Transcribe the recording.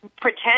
pretend